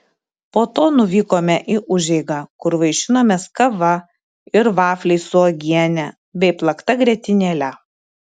po to nuvykome į užeigą kur vaišinomės kava ir vafliais su uogiene bei plakta grietinėle